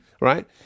right